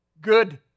Good